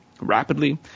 rapidly